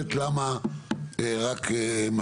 לבקשתו של חבר הכנסת ששון ששי גואטה.